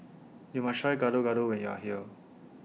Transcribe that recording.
YOU must Try Gado Gado when YOU Are here